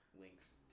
links